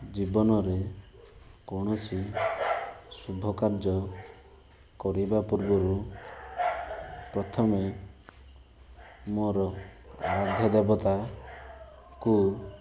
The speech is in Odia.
ଜୀବନରେ କୌଣସି ଶୁଭକାର୍ଯ୍ୟ କରିବା ପୂର୍ବରୁ ପ୍ରଥମେ ମୋର ଅରାଧ୍ୟଦେବତାକୁ